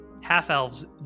half-elves